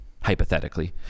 hypothetically